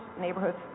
neighborhoods